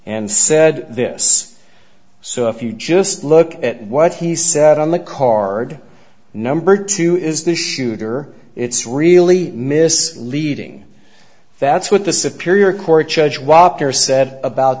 and said this so if you just look at what he said on the card number two is the shooter it's really miss leading that's what the sapir your court judge wapner said about